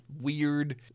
weird